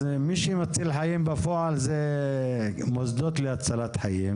אז מי שמציל חיים בפועל זה מוסדות להצלת חיים,